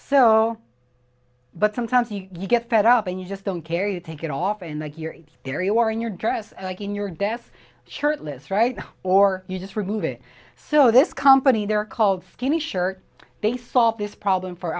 so but sometimes you get fed up and you just don't care you take it off in the area or in your dress like in your desk shirtless right now or you just remove it so this company they're called skinny shirt they solve this problem for